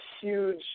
huge